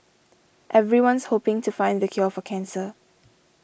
everyone's hoping to find the cure for cancer